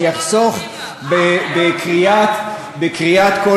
ואני אחסוך את קריאת כל